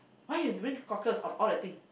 why you bring cockles of all the thing